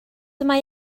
mae